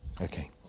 Okay